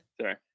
Sorry